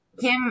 Kim